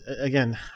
again